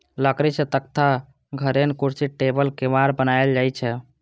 लकड़ी सं तख्ता, धरेन, कुर्सी, टेबुल, केबाड़ बनाएल जाइ छै